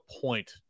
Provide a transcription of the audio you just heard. point